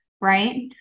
Right